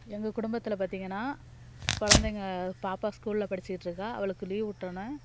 எங்கள் குடும்பத்தில் பார்த்திங்கன்னா குழந்தைங்க பாப்பா ஸ்கூலில் படிச்சிகிட்டுருக்கா அவளுக்கு லீவ் விட்டோன